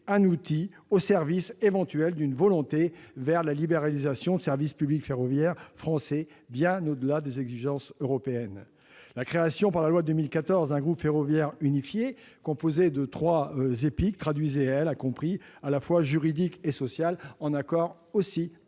un outil au service éventuel d'une libéralisation du service public ferroviaire français, bien au-delà des exigences européennes. La création par la loi de 2014 d'un groupe ferroviaire unifié composé de trois EPIC traduisait un compromis à la fois juridique et social, en accord avec